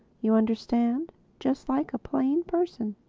you understand just like a plain person.